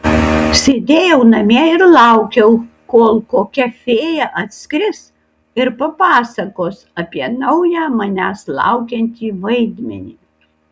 sėdėjau namie ir laukiau kol kokia fėja atskris ir papasakos apie naują manęs laukiantį vaidmenį